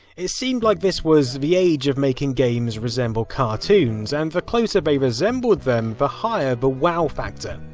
it seemed like this was the age of making games resemble cartoons, and the closer they resembled them, the higher the wow factor.